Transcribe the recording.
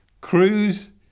Cruise